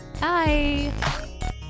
bye